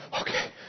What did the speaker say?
okay